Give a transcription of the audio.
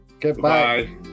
Goodbye